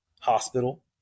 hospital